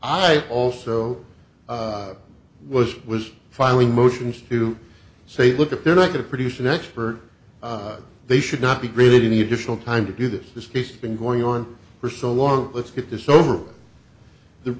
i also was was filing motions to say look if they're not going to produce an expert they should not be granted any additional time to do this this case has been going on for so long let's get this over the